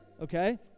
okay